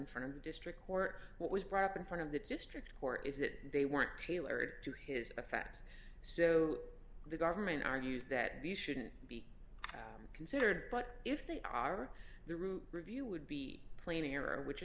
in front of the district court what was brought up in front of the district court is that they weren't tailored to his effects so the government argues that these shouldn't be considered but if they are the root review would be plain error which